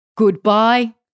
Goodbye